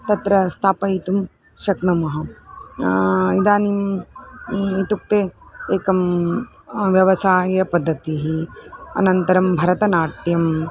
तत्र स्थापयितुं शक्नुमः इदानीम् इत्युक्ते एका व्यवसायपद्धतिः अनन्तरं भरतनाट्यम्